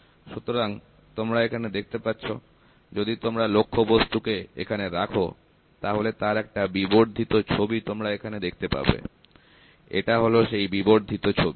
সুতরাং তোমরা এখানে দেখতে পাচ্ছো যদি তোমরা লক্ষ্যবস্তু কে এখানে রাখ তাহলে তার একটা বিবর্ধিত ছবি তোমরা এখানে দেখতে পাবে এটা হল সেই বিবর্ধিত ছবি